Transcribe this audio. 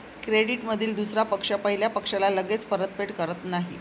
क्रेडिटमधील दुसरा पक्ष पहिल्या पक्षाला लगेच परतफेड करत नाही